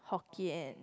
Hokkien